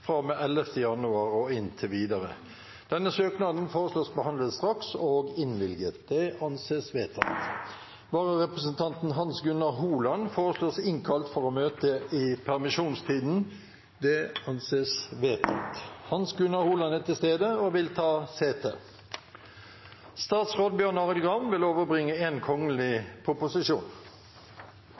januar og inntil videre. Etter forslag fra presidenten ble enstemmig besluttet: Søknaden behandles straks og innvilges. Vararepresentanten, Hans Gunnar Holand , innkalles for å møte i permisjonstiden. Hans Gunnar Holand er til stede og vil ta sete. Representanten Mudassar Kapur vil